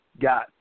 got